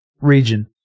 region